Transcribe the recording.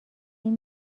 این